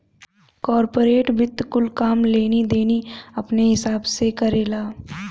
corporate वित्त कुल काम लेनी देनी अपने हिसाब से करेला